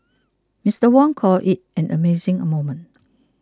Mister Wong called it an amazing moment